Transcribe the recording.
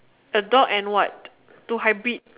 a dog and what to hybrid